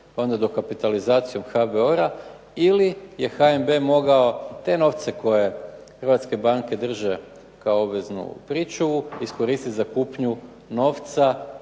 onda dokapitalizacijom HBOR-a ili je HNB mogao te novce koje hrvatske banke drže kao obveznu pričuvu iskoristiti za kupnju novca,